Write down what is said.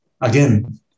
Again